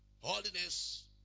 holiness